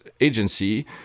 agency